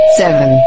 seven